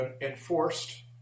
enforced